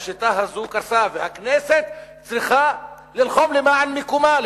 השיטה הזו קרסה והכנסת צריכה ללחום למען מיקומה,